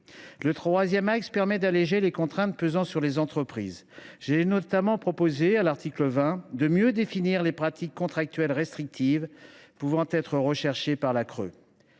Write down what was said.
Le troisième axe tend à alléger les contraintes pesant sur les entreprises. J’ai notamment proposé, à l’article 20, de mieux définir les pratiques contractuelles restrictives pouvant être recherchées par la CRE.